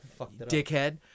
dickhead